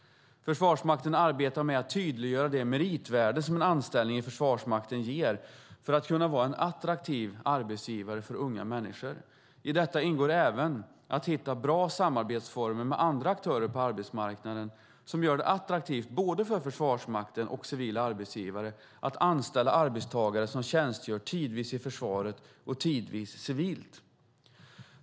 Försvarsmakten arbetar med att tydliggöra det meritvärde som en anställning i Försvarsmakten ger, för att kunna vara en attraktiv arbetsgivare för unga människor. I detta ingår även att hitta bra samarbetsformer med andra aktörer på arbetsmarknaden som gör det attraktivt för både Försvarsmakten och civila arbetsgivare att anställa arbetstagare som tjänstgör tidvis i försvaret och tidvis civilt.